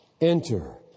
enter